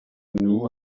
knew